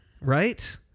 right